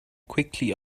quickly